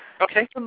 Okay